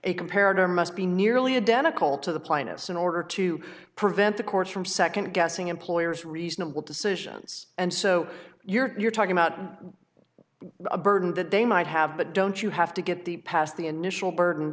a comparative must be nearly identical to the plaintiffs in order to prevent the courts from second guessing employers reasonable decisions and so you're talking about a burden that they might have but don't you have to get the past the initial burden